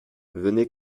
venez